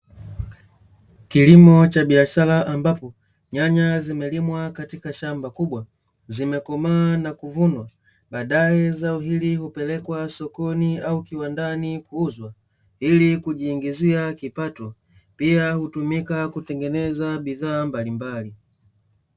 Kilimo cha biashara, ambapo nyanya zimelimwa katika shamba kubwa, zimekomaa na kuvunwa. Baadae zao hili hupelekwa sokoni au kiwandani kuuzwa, ili kujiingizia kipato, pia hutumika kutengeneza bidhaa mbalimbali.